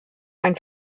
ein